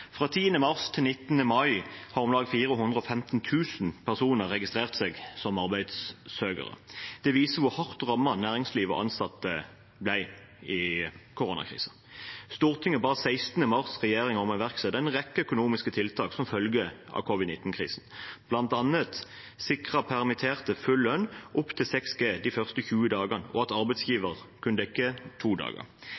Fra 10. mars til 19. mai hadde om lag 415 000 personer registrert seg som arbeidssøkere. Det viser hvor hardt rammet næringslivet og ansatte ble under koronakrisen. Stortinget ba 16. mars regjeringen om å iverksette en rekke økonomiske tiltak som følge av covid-19-krisen, bl.a. å sikre permitterte full lønn opp til 6G de første 20 dagene og at